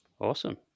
Awesome